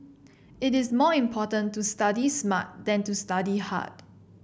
it is more important to study smart than to study hard